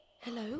Hello